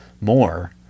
more